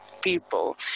people